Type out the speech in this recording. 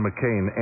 McCain